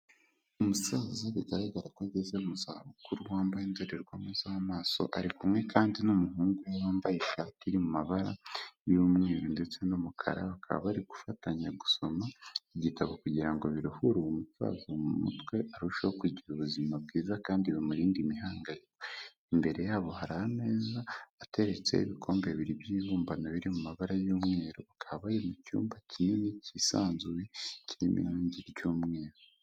Umusaza bigaragara ko ageze mu za bukuru wambaye indorerwamo z'amaso arikumwe kandi n'umuhungu we wambaye ishati iri mu mabara y'umweru ndetse n'umukara bakaba bari gufatanya gusoma igitabo kugira ngo biruhure uwo musaza mu mutwe arusheho kugira ubuzima bwiza kandi bimurinde imihangayiko, imbere ya bo hari ameza ateretseho ibikombe bibiri by'ibibumbano biri mu mabara y'umweru bakaba mu cyumba kinini cy'isanzuye kirimo ngi ry'umweru.